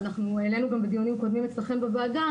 שהעלינו גם בדיונים קודמים אצלכם בוועדה,